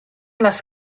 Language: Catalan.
les